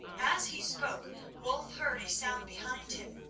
as he spoke wulf heard a sound behind him,